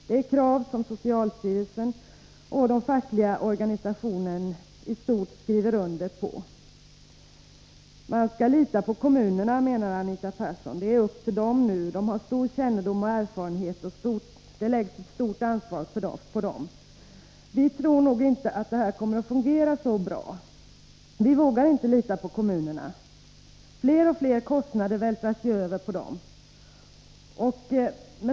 Det är krav som socialstyrelsen och de fackliga organisationerna i stort skriver under på. Man skall lita på kommunerna, menar Anita Persson — det är som sagt upp till dem nu att ordna saken. De har stor kännedom om och stor erfarenhet av dessa problem, och det läggs ett stort ansvar på dem. Vi tror emellertid inte att det här kommer att fungera så bra. Vi vågar inte lita på kommunerna. Fler och fler kostnader vältras ju över på dem.